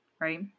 Right